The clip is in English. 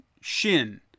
shin